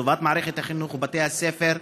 לטובת מערכת החינוך ובתי הספר,